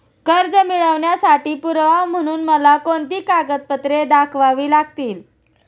कर्ज मिळवण्यासाठी पुरावा म्हणून मला कोणती कागदपत्रे दाखवावी लागतील?